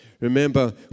Remember